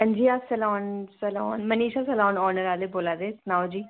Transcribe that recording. हांजी अस salon salon Manisha salon owner आह्ले बोला दे सनाओ जी